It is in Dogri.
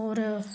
होर